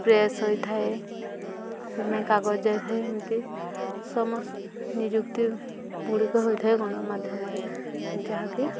press ହୋଇଥାଏ ସେପାଇ କାଗଜ ସମସ୍ ନିଯୁକ୍ତିଗୁଡ଼ିକ ହୋଇଥାଏ ଗଣମାଧ୍ୟମରେ ଯାହାକି